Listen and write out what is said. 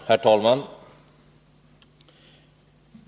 Herr talman!